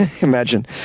Imagine